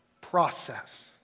process